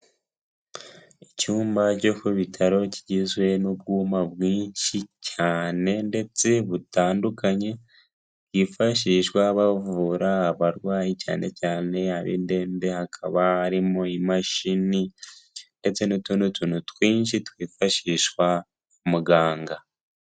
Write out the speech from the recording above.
Icyumba cyo ku bitaro kigizwe n'ubwuma bwinshi cyane ndetse butandukanye, bwifashishwa bavura abarwayi cyane cyane ab'indembe. Hakaba harimo imashini ndetse n'utundi tuntu twinshi twifashishwa muganga.